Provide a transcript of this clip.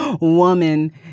woman